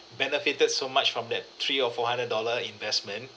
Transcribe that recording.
benefited so much from that three or four hundred dollar investment